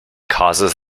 causes